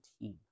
team